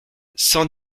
cent